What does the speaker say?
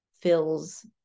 fills